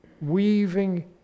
weaving